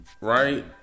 Right